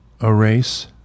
Erase